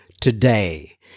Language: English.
today